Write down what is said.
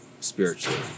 spiritually